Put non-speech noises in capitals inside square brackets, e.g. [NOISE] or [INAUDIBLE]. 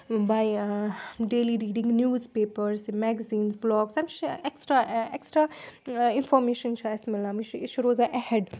بَے daily reading news papers magazines بٕلاگٕس [UNINTELLIGIBLE] extra extra information چھُ اَسہِ مِلان مےٚ چھُ یہِ چھُ روزان اٮ۪ہٮ۪ڈ